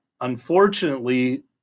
unfortunately